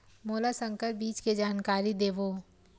मोला संकर बीज के जानकारी देवो?